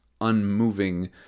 unmoving